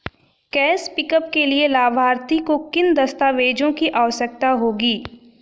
Cash pickup के लिए लाभार्थी को किन दस्तावेजों की आवश्यकता होगी?